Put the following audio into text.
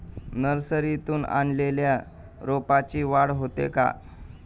नर्सरीतून आणलेल्या रोपाची वाढ होते का?